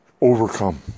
Overcome